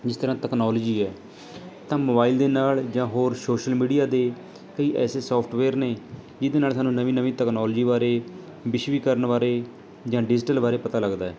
ਜਿਸ ਤਰ੍ਹਾਂ ਤਕਨਾਲੋਜੀ ਹੈ ਤਾਂ ਮੋਬਾਈਲ ਦੇ ਨਾਲ਼ ਜਾਂ ਹੋਰ ਸ਼ੋਸ਼ਲ ਮੀਡੀਆ ਦੇ ਕਈ ਐਸੇ ਸੋਫ਼ਟਵੇਅਰ ਨੇ ਜਿਹਦੇ ਨਾਲ਼ ਸਾਨੂੰ ਨਵੀਂ ਨਵੀਂ ਤਕਨਾਲੋਜੀ ਬਾਰੇ ਵਿਸ਼ਵੀਕਰਨ ਬਾਰੇ ਜਾਂ ਡਿਜ਼ੀਟਲ ਬਾਰੇ ਪਤਾ ਲੱਗਦਾ ਹੈ